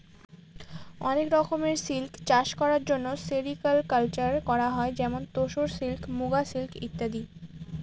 অনেক রকমের সিল্ক চাষ করার জন্য সেরিকালকালচার করা হয় যেমন তোসর সিল্ক, মুগা সিল্ক ইত্যাদি